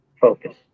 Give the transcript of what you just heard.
focus